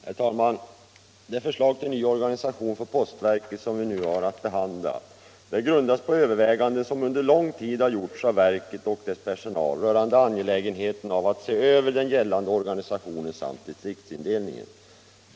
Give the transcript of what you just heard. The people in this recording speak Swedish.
Herr talman! Det förslag till ny organisation för postverket som vi nu har att behandla grundas på överväganden som under lång tid har gjorts av verket och dess personal rörande angelägenheten av att se över den gällande organisationen samt distriktsindelningen.